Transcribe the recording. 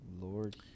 Lord